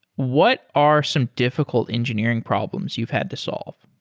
what are some difficult engineering problems you've had to solve?